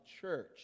church